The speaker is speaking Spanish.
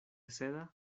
seda